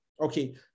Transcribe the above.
Okay